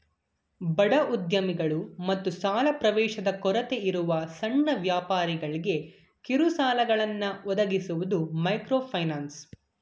ಬಡವ ಉದ್ಯಮಿಗಳು ಮತ್ತು ಸಾಲ ಪ್ರವೇಶದ ಕೊರತೆಯಿರುವ ಸಣ್ಣ ವ್ಯಾಪಾರಿಗಳ್ಗೆ ಕಿರುಸಾಲಗಳನ್ನ ಒದಗಿಸುವುದು ಮೈಕ್ರೋಫೈನಾನ್ಸ್